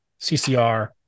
CCR